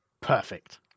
Perfect